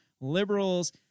liberals